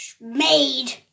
made